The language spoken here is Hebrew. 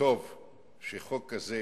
טוב שחוק כזה,